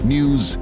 News